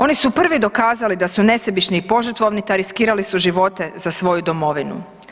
Oni su prvi dokazali da su nesebični i požrtvovni, ta riskirali su živote za svoju domovinu.